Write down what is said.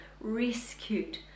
rescued